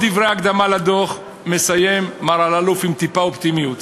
את דברי ההקדמה לדוח מסיים מר אלאלוף עם טיפה אופטימיות: